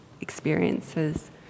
experiences